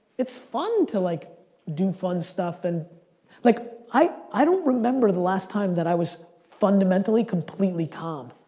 it's fun to like do fun stuff and like i i don't remember the last time that i was fundamentally completely calm.